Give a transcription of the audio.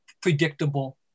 predictable